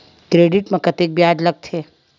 Credit मा कतका ब्याज लगथे?